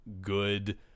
good